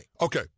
Okay